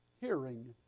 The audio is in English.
hearing